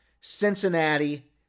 Cincinnati